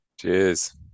Cheers